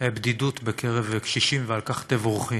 בדידות בקרב קשישים, ועל כך תבורכי.